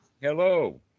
Hello